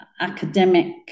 academic